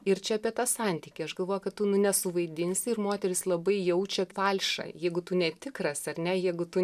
ir čia apie tą santykį aš galvoju kad tu nu nesuvaidinsi ir moterys labai jaučia falšą jeigu tu netikras ar ne jeigu tu